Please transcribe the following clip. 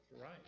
right